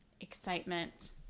excitement